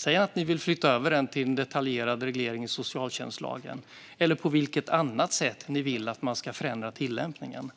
Säg att ni vill flytta över detta till en detaljerad reglering i socialtjänstlagen eller på vilket annat sätt ni vill att man ska förändra tillämpningen!